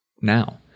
Now